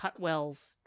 Cutwell's